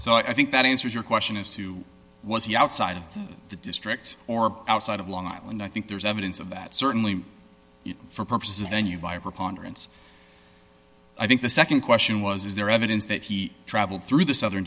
so i think that answers your question as to was he outside of the district or outside of long island i think there's evidence of that certainly for purposes of venue by a preponderance i think the nd question was is there evidence that he traveled through the southern